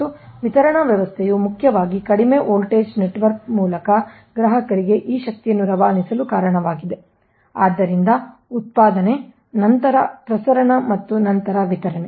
ಮತ್ತು ವಿತರಣಾ ವ್ಯವಸ್ಥೆಯು ಮುಖ್ಯವಾಗಿ ಕಡಿಮೆ ವೋಲ್ಟೇಜ್ ನೆಟ್ವರ್ಕ್ ಮೂಲಕ ಗ್ರಾಹಕರಿಗೆ ಈ ಶಕ್ತಿಯನ್ನು ರವಾನಿಸಲು ಕಾರಣವಾಗಿದೆ ಆದ್ದರಿಂದ ಉತ್ಪಾದನೆ ನಂತರ ಪ್ರಸರಣ ಮತ್ತು ನಂತರ ವಿತರಣೆ